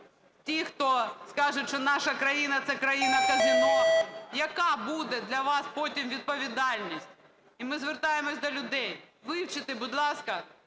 Ті, хто скажуть, що наша країна – це країна казино. Яка буде для вас потім відповідальність? І ми звертаємося до людей. Вивчіть, будь ласка,